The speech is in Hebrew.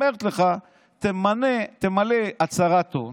ואומרת לך: תמלא הצהרת הון,